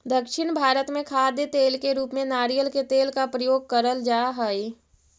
दक्षिण भारत में खाद्य तेल के रूप में नारियल के तेल का प्रयोग करल जा हई